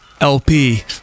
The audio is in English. LP